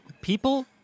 People